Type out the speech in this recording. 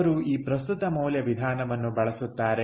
ಅವರು ಈ ಪ್ರಸ್ತುತ ಮೌಲ್ಯ ವಿಧಾನವನ್ನು ಬಳಸುತ್ತಾರೆ